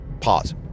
Pause